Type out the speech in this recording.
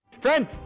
Friend